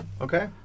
Okay